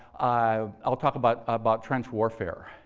um i'll talk about about trench warfare.